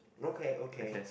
okay okay